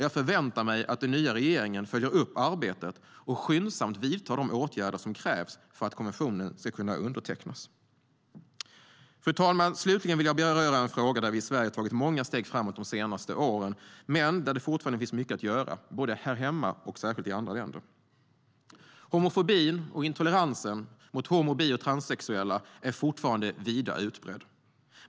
Jag förväntar mig att den nya regeringen följer upp arbetet och skyndsamt vidtar de åtgärder som krävs för att konventionen ska kunna undertecknas. Fru talman! Slutligen vill jag beröra en fråga där vi i Sverige har tagit många steg framåt de senaste åren, men där det fortfarande finns mycket kvar att göra både här hemma och särskilt i andra länder. Homofobin och intoleransen mot homo, bi och transsexuella är fortfarande vida utbredd.